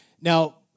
Now